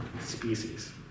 species